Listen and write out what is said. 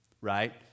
Right